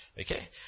okay